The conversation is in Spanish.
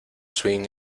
swing